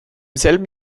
selben